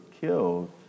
killed